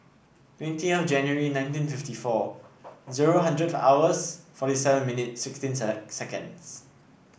January nineteen fifty four zero hundred hours forty seven minute sixteen seconds